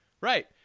Right